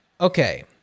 okay